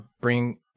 bring